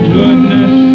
goodness